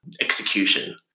execution